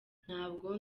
ntabwo